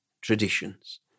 traditions